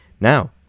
Now